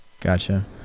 Gotcha